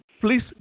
Please